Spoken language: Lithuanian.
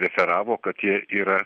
referavo kad jie yra